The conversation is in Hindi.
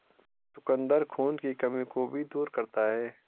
चुकंदर खून की कमी को भी दूर करता है